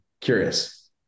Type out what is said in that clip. Curious